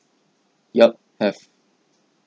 yup have